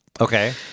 Okay